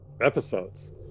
episodes